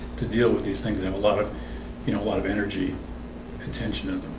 to deal with these things. they have a lot of you know a lot of energy attention to